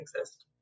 exist